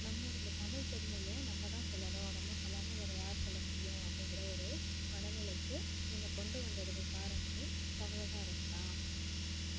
நம்மவங்க தமிழ் பெருமைய நம்மதான் சொல்லணும் நம்ப சொல்லாமல் வேறு யார் சொல்ல முடியும் அப்படிங்கற ஒரு மனநிலைக்கு என்னை கொண்டு வந்ததுக்கு காரணமே தமிழக அரசுதான்